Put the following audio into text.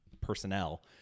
personnel